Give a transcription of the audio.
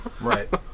Right